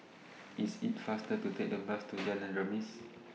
IT IS faster to Take The Bus to Jalan Remis